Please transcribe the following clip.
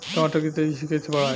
टमाटर के तेजी से कइसे बढ़ाई?